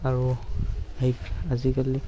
আৰু সেই আজিকালি